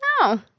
no